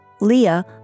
Leah